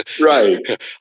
right